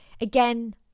again